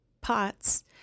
POTS